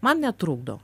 man netrukdo